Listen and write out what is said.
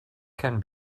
can